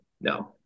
No